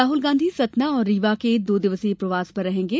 राहल गांधी सतना और रीवा के दो दिवसीय प्रवास पर रहेंगे